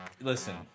listen